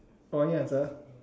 orh need answer